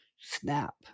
snap